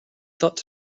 thought